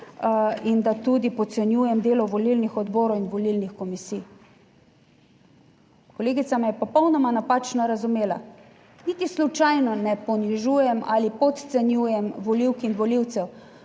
in da tudi podcenjujem delo volilnih odborov in volilnih komisij. Kolegica me je popolnoma napačno razumela, Niti slučajno ne ponižujem ali podcenjujem volivk in volivcev.